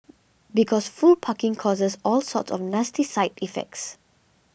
because full parking causes all sorts of nasty side effects